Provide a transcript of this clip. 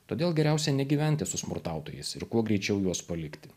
todėl geriausia negyventi su smurtautojais ir kuo greičiau juos palikti